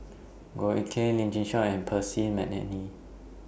Goh Eck Kheng Lim Chin Siong and Percy Mcneice